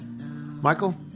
Michael